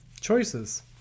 choices